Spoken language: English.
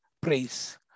praise